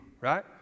right